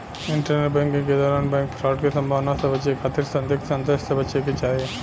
internet banking के दौरान bank fraud के संभावना से बचे खातिर संदिग्ध संदेश से बचे के चाही